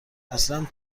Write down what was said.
اصلا